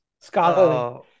scholarly